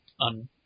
on